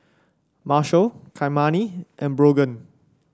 Marshal Kymani and Brogan